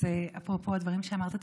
אז אפרופו הדברים שאמרת.